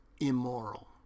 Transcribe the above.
immoral